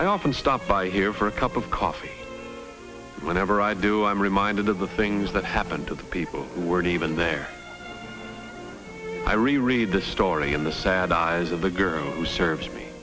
i often stop by here for a cup of coffee whenever i do i'm reminded of the things that happened to the people who weren't even there i reread the story in the sad eyes of the girl who serves me